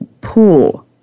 pool